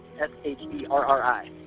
S-H-E-R-R-I